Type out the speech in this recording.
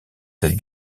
cette